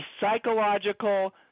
psychological